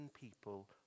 people